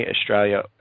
Australia